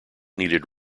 needed